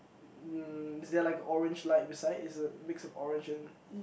um is there like a orange light beside is a mix of orange and